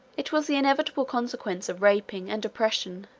it was the inevitable consequence of rapine and oppression,